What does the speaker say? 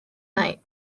night